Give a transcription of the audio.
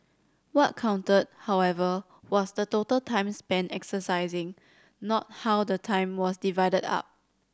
what counted however was the total time spent exercising not how the time was divided up